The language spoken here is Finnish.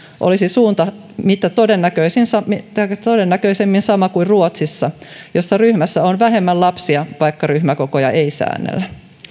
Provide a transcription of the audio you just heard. olisi suunta mitä todennäköisimmin sama kuin ruotsissa jossa ryhmässä on vähemmän lapsia vaikka ryhmäkokoja ei säännellä